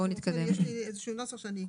יש לי נוסח שאני אקרא.